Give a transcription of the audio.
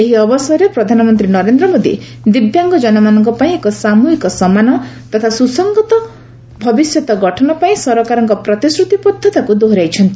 ଏହି ଅବସରରେ ପ୍ରଧାନମନ୍ତ୍ରୀ ନରେନ୍ଦ୍ର ମୋଦି ଦିବ୍ୟାଙ୍ଗ କନମାନଙ୍କ ପାଇଁ ଏକ ସାମୁହିକ ସମାଜ ତଥା ସୁସଙ୍ଗତ ଭବିଷ୍ୟତ ଗଠନ ପାଇଁ ସରକାରଙ୍କ ପ୍ରତିଶ୍ରତିବଦ୍ଧତାକୁ ଦୋହରାଇଛନ୍ତି